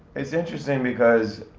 it's interesting because